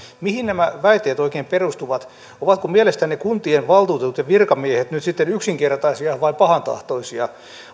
mihin nämä väitteet oikein perustuvat ovatko mielestänne kuntien valtuutetut ja virkamiehet nyt sitten yksinkertaisia vai pahantahtoisia